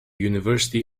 university